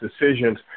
decisions